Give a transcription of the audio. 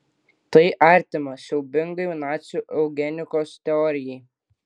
tai artima siaubingai nacių eugenikos teorijai